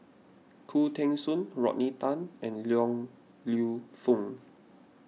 Khoo Teng Soon Rodney Tan and Yong Lew Foong